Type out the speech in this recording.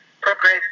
progress